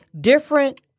different